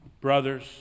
Brothers